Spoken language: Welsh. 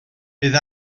bydd